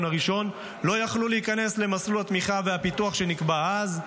הראשון לא יכלו להיכנס למסלול התמיכה והפיתוח שנקבע אז.